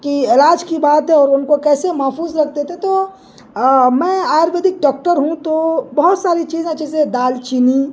کی علاج کی بات ہے اور ان کو کیسے محفوظ رکھتے تھے تو میں آرویدک ڈاکٹر ہوں تو بہت ساری چیزیں چیزیں دال چینی